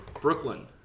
Brooklyn